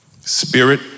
spirit